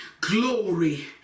glory